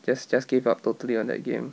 just just gave up totally on that game